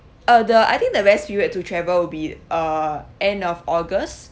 uh the I think the rest period to travel will be uh end of august